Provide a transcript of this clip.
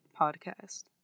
Podcast